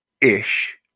ish